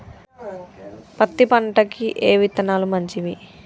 పత్తి పంటకి ఏ విత్తనాలు మంచివి?